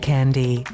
Candy